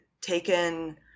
taken